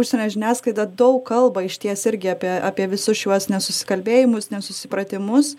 užsienio žiniasklaida daug kalba išties irgi apie apie visus šiuos nesusikalbėjimus nesusipratimus